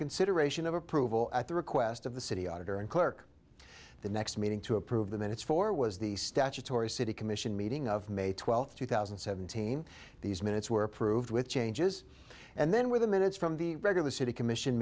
consideration of approval at the request of the city auditor and clerk the next meeting to approve the minutes for was the statutory city commission meeting of may twelfth two thousand and seventeen these minutes were approved with changes and then within minutes from the regular city commission